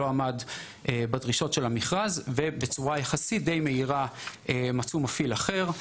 לא עמד בדרישות המכרז ובצורה די מהירה מצאו מפעיל אחר.